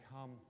Come